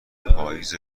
پائیز